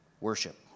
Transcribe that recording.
worship